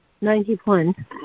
Ninety-one